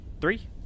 three